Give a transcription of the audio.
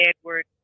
Edward